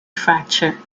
fracture